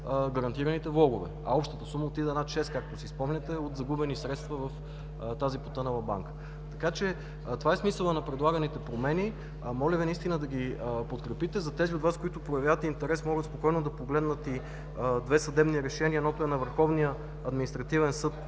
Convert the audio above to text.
гарантираните влогове. Общата сума отиде над 6, както си спомняте, от загубени средства в тази потънала банка. Това е смисълът на предлаганите промени. Моля Ви наистина да ги подкрепите. Тези от Вас, които проявяват интерес, могат спокойно да погледнат и две съдебни решения. Едното е на Върховния административен съд